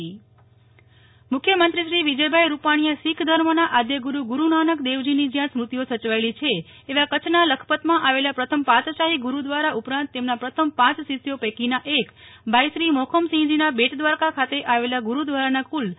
નેફ્લ ઠક્કર લખપત બનશે વિશ્વ પ્રવાસનનું ફબ મુખ્યમંત્રીશ્રી વિજયભાઇ રૂપાણીએ શીખ ધર્મના આદ્યગુરુ ગુરુ નાનક દેવજીની જ્યાં સ્મૂતિઓ સચવાયેલી છે એવા કચ્છના લખપતમાં આવેલા પ્રથમ પાતશાહી ગુરુદ્વારા ઉપરાંત તેમના પ્રથમ પાંચ શિષ્યો પૈકીના એક ભાઇશ્રી મોખમસિંહજીના બેટ દ્વારકા ખાતે આવેલા ગુરુદ્વારાના કૂલ રૂ